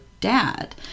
dad